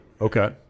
Okay